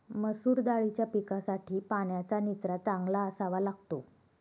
मसूर दाळीच्या पिकासाठी पाण्याचा निचरा चांगला असावा लागतो